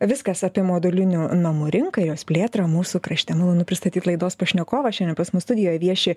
viskas apie modulinių namų rinką jos plėtrą mūsų krašte malonu pristatyt laidos pašnekovą šiandien pas mus studijoj vieši